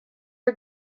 are